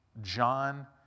John